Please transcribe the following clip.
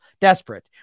desperate